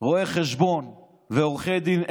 רואי חשבון ועורכי דין,